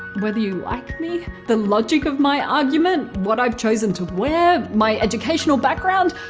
whether you like me, the logic of my argument, what i've chosen to wear, my educational background,